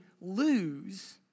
lose